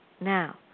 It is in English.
Now